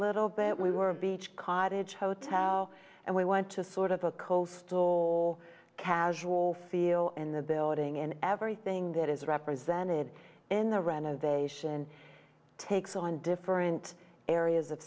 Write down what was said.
little bit we were a beach cottage hotel and we went to sort of a coastal casual feel in the building and everything that is represented in the renovation takes on different areas of